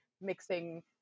mixing